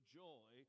joy